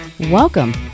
Welcome